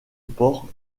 port